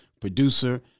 producer